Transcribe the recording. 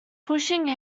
pushing